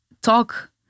Talk